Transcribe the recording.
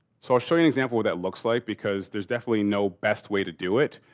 so, i'll show you an example what that looks like, because there's definitely no best way to do it.